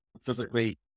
physically